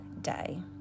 day